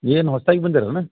ಏನು ಹೊಸ್ದಾಗಿ ಬಂದೀರೇನು